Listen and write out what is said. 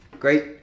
Great